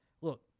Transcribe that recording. look